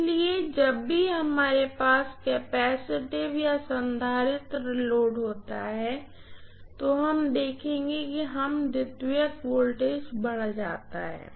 इसलिए जब भी हमारे पास कपैसिटर लोड होता है तो हम देखेंगे कि सेकेंडरी वोल्टेज बढ़ जाता है